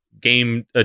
game